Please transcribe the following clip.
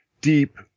deep